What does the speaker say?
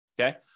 okay